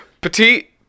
Petit